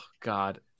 God